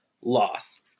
loss